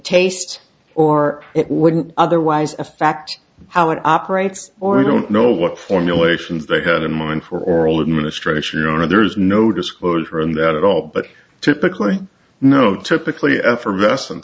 taste or it wouldn't otherwise affect how it operates or i don't know what formulations they had in mind for oral administration you know there's no disclosure in that at all but typically no typically effervescen